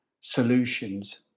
solutions